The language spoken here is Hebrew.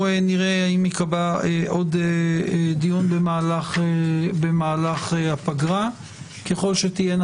יש סוגיות רבות שעודן פתוחות ואנחנו ממתינים